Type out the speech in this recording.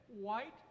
white